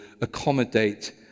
accommodate